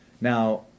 Now